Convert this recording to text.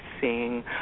seeing